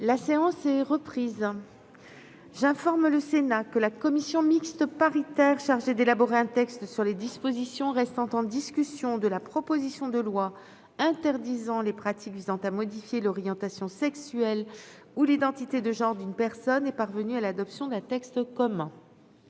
La séance est reprise. J'informe le Sénat que la commission mixte paritaire chargée d'élaborer un texte sur les dispositions restant en discussion de la proposition de loi interdisant les pratiques visant à modifier l'orientation sexuelle ou l'identité de genre d'une personne est parvenue à l'adoption d'un texte commun.